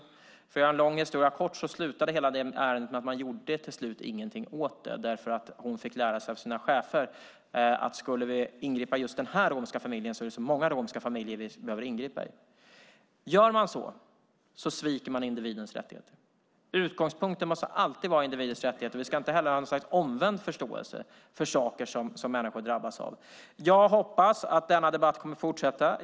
För att göra en lång historia kort slutade ärendet med att man inte gjorde någonting åt det. Kvinnan fick lära sig av sina chefer att om man skulle ingripa i just denna romska familj var det så många andra man behövde ingripa i. Om man gör så sviker man individens rättigheter. Utgångspunkten måste alltid vara individens rättigheter. Vi ska inte heller ha något slags omvänd förståelse för saker som människor drabbas av. Jag hoppas att denna debatt kommer att fortsätta.